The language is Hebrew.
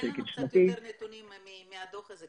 תן לנו קצת יותר נתונים מהדוח הזה,